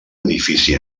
edifici